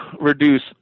reduce